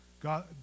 God